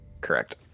Correct